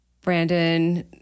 Brandon